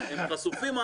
הם חשופים,